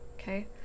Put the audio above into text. Okay